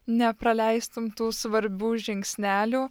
nepraleistum tų svarbių žingsnelių